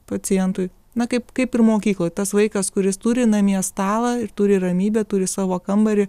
pacientui na kaip kaip ir mokykloj tas vaikas kuris turi namie stalą ir turi ramybę turi savo kambarį